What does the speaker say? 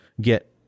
get